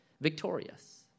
victorious